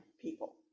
people